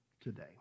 today